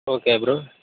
okay bro